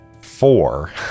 Four